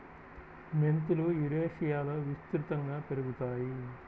మెంతులు యురేషియాలో విస్తృతంగా పెరుగుతాయి